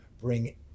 bring